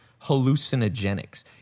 hallucinogenics